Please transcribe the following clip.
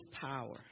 power